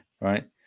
right